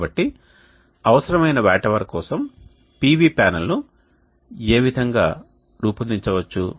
కాబట్టి అవసరమైన watt hour కోసం PV పానెల్ ను ఏ విధంగా రూపొందించవచ్చు